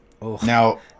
Now